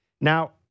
now